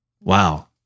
Wow